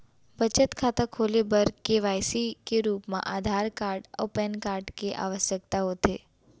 बचत खाता खोले बर के.वाइ.सी के रूप मा आधार कार्ड अऊ पैन कार्ड के आवसकता होथे